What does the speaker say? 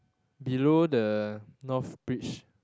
below the north bridge